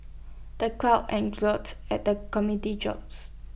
the crowd at the comedy jokes